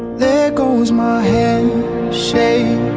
there goes my hands shaking